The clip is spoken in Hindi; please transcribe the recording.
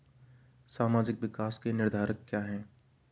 सामाजिक विकास के निर्धारक क्या है?